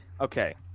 Okay